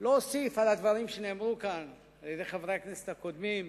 לא אוסיף על הדברים שנאמרו כאן על-ידי חברי הכנסת הקודמים,